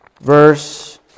verse